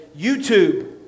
YouTube